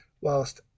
Whilst